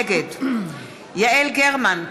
נגד יעל גרמן,